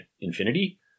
infinity